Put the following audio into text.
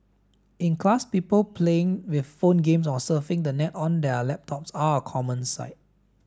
in class people playing with phone games or surfing the net on their laptops are a common sight